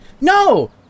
No